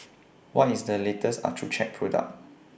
What IS The latest Accucheck Product